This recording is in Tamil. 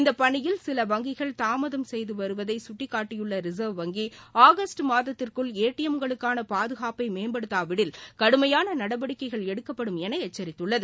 இந்தப் பணியில் சில வங்கிகள் தாமதம் செய்து வருவதை கட்டிக்காட்டியுள்ள ரிசர்வ் வங்கி மாதத்திற்குள் ஏடிஎம் களுக்கான பாதுகாப்பை மேம்படுத்தாவிடில் கடுமையான நடவடிக்கைகள் எடுக்கப்படும் என எச்சரித்துள்ளது